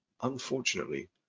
Unfortunately